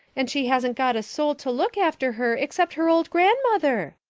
and she hasn't got a soul to look after her except her old grandmother.